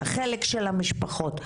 החלק של המשפחות.